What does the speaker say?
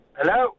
Hello